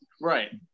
Right